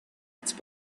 its